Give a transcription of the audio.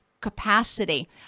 capacity